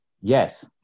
Yes